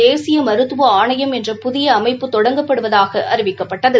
தேசிய மருத்துவ ஆணையம் என்ற புதிய தொடங்கப்படுவதாக அறிவிக்கப்பட்டது